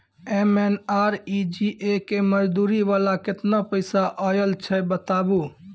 MNREGA के मज़दूरी वाला केतना पैसा आयल छै बताबू?